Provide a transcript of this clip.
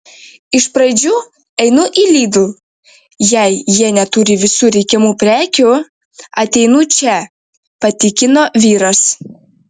iš pradžių einu į lidl jei jie neturi visų reikiamų prekių ateinu čia patikino vyras